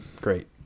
Great